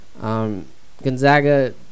Gonzaga